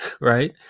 right